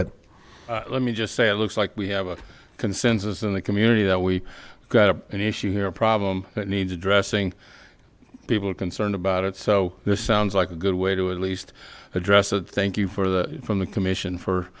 ahead let me just say it looks like we have a consensus in the community that we got an issue here a problem that needs addressing people are concerned about it so this sounds like a good way to at least address it thank you for the from the commission for